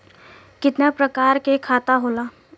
कितना प्रकार के खाता होला?